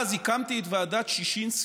אז, הקמתי את ועדת ששינסקי,